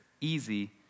easy